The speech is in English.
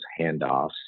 handoffs